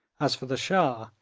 as for the shah,